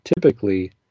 typically